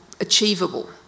achievable